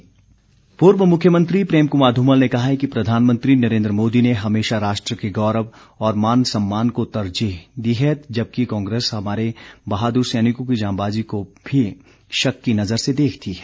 धूमल पूर्व मुख्यमंत्री प्रेम कुमार ध्मल ने कहा है कि प्रधानमंत्री नरेन्द्र मोदी ने हमेशा राष्ट्र के गौरव और मान सम्मान को तरजीह दी है जबकि कांग्रेस हमारे बहादुर सैनिकों की जांबाज़ी को भी शक की नज़र से देखती है